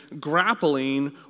grappling